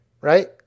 Right